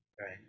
right